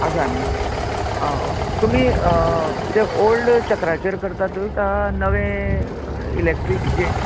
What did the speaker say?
आसा न्ही आं ओके तुमी ते ऑल्ड चक्राचेर करतात का नवे इलेक्ट्रीक जें